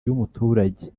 y’umuturage